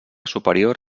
superior